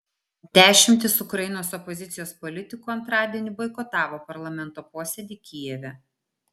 dešimtys ukrainos opozicijos politikų antradienį boikotavo parlamento posėdį kijeve